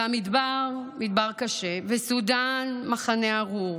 והמדבר מדבר קשה, וסודאן, מחנה ארור.